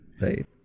right